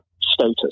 status